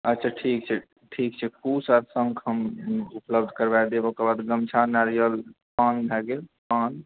अच्छा ठीक छै ठीक छै कुश आ शंख हम उपलब्ध करबा देब ओकरबाद गमछा नारियल पान भए गेल पान